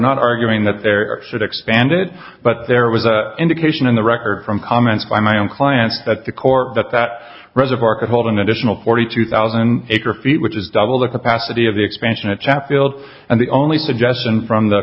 not arguing that there should expand it but there was an indication in the record from comments by my own clients that the core that that reservoir could hold an additional forty two thousand acre feet which is double the capacity of the expansion a chap build and the only suggestion from the